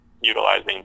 utilizing